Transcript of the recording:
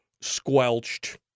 squelched